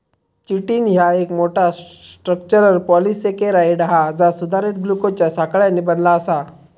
chitin ह्या एक मोठा, स्ट्रक्चरल पॉलिसेकेराइड हा जा सुधारित ग्लुकोजच्या साखळ्यांनी बनला आसा